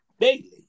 daily